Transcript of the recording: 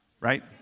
right